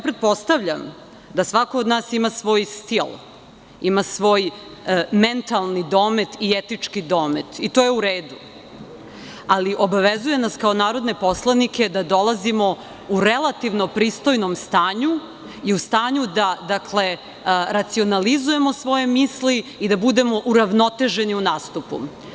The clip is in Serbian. Pretpostavljam da svako od nas ima svoj stil, ima svoj mentalni domet i etički domet i to je u redu, ali obavezuje nas kao narodne poslanike da dolazimo u relativno pristojnom stanju i u stanju da, dakle, racionalizujemo svoje misli i da budemo uravnoteženi u nastupu.